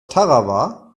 tarawa